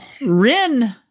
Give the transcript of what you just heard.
Rin